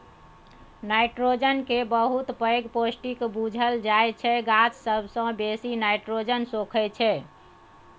nitrogen केँ बहुत पैघ पौष्टिक बुझल जाइ छै गाछ सबसँ बेसी नाइट्रोजन सोखय छै